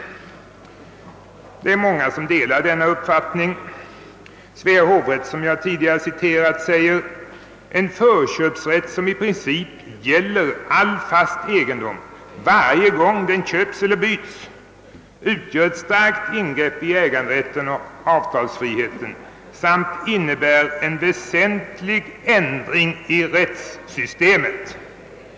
Många delar denna uppfattning. Svea hovrätt, som jag tidigare har citerat, säger: En förköpsrätt som i princip gäller all fast egendom, varje gång den köps eller byts, utgör ett starkt ingrepp i äganderätten och avtalsfriheten och innebär en väsentlig ändring i rättssystemet.